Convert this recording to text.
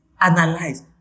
analyze